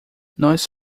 nós